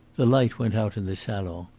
the light went out in the salon.